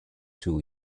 two